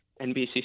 NBC